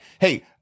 Hey